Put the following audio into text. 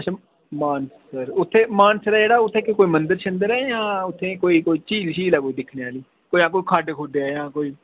ते मानसर उत्थें जेह्ड़ा इक्क मंदर ऐ जां उत्थें कोई झील ऐ दिक्खनै आह्ली जां कोई खड्ढ जां कोई